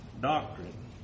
doctrine